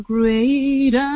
Great